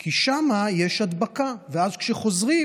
כי שם יש הדבקה, ואז כשחוזרים,